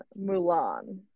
Mulan